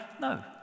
No